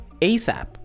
ASAP